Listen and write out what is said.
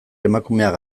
emakumeak